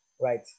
right